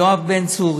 יואב בן צור,